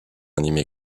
animé